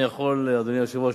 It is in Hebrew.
אדוני היושב-ראש,